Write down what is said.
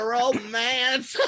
romance